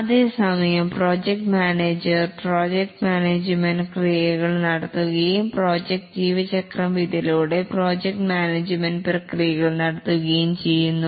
അതേസമയം project manager project management ക്രിയകൾ നടത്തുകയും പ്രോജക്ട് ലൈഫ് സൈക്കിൾ ഇതിലൂടെ പ്രോജക്ട് മാനേജ്മെൻറ് പ്രക്രിയകൾ നടത്തുകയും ചെയ്യുന്നു